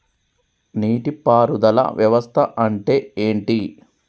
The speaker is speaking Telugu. నీటి పారుదల వ్యవస్థ అంటే ఏంటి?